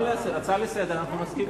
הצעה לסדר-היום, אנחנו מסכימים.